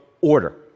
order